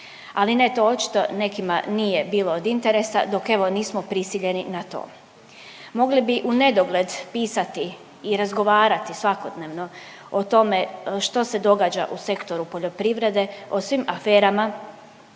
ali ne to očito nekima nije bilo od interesa dok evo nismo prisiljeni na to. Mogli bi u nedogled pisati i razgovarati svakodnevno o tome što se događa u sektoru poljoprivrede, o svim aferama,